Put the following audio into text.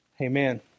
Amen